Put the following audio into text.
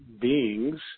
beings